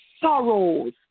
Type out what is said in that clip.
sorrows